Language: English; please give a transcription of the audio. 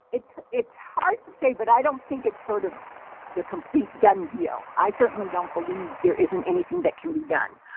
it's it's hard to say, but i don't think it's sort of the complete done deal. i certainly don't believe there isn't anything that can be done.